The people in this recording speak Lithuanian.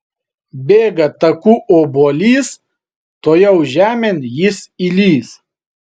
bėga taku obuolys tuojau žemėn jis įlįs